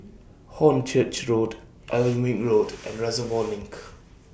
Hornchurch Road Alnwick Road and Reservoir LINK